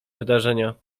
wydarzenia